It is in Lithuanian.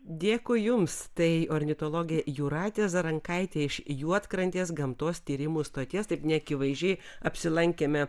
dėkui jums tai ornitologė jūratė zarankaitė iš juodkrantės gamtos tyrimų stoties taip neakivaizdžiai apsilankėme